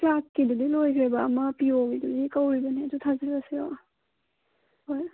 ꯀ꯭ꯂꯥꯔꯛꯀꯤꯗꯨꯗꯤ ꯂꯣꯏꯈ꯭ꯔꯦꯕ ꯑꯃ ꯄꯤ ꯑꯣꯒꯤꯗꯨꯗꯤ ꯀꯧꯔꯤꯕꯅꯦ ꯑꯗꯨ ꯊꯥꯖꯜꯂꯁꯤꯔꯣ ꯍꯣꯏ